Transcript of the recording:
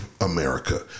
America